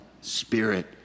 Spirit